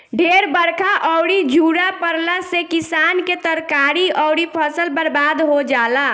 ढेर बरखा अउरी झुरा पड़ला से किसान के तरकारी अउरी फसल बर्बाद हो जाला